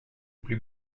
plus